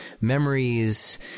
memories